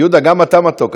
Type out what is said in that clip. יהודה, גם אתה מתוק.